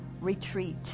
retreat